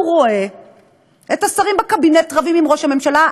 הוא רואה את השרים בקבינט רבים עם ראש הממשלה,